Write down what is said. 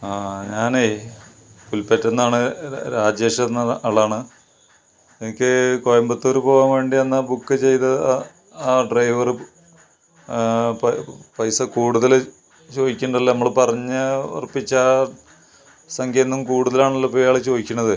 ആ ഞാനേ പുൽപ്പറ്റയിൽ നിന്നാണ് രാജേഷ് എന്ന ആളാണ് എനിക്ക് കോയമ്പത്തൂർ പോവാൻ വേണ്ടി അന്ന് ആ ബുക്ക് ചെയ്ത ആ ആ ഡ്രൈവർ പ പൈസ കൂടുതൽ ചോദിക്കുന്നുണ്ടല്ലോ നമ്മൾ പറഞ്ഞ് ഉറപ്പിച്ച ആ സംഖ്യയിൽ നിന്നും കൂടുതലാണല്ലോ ഇപ്പോൾ ഇയാൾ ചോദിക്കുന്നത്